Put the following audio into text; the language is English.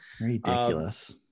ridiculous